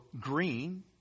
green